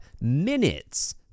minutes